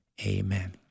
Amen